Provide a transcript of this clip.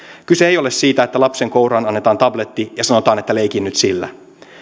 kyse ei ole siitä että lapsen kouraan annetaan tabletti ja sanotaan että leiki nyt sillä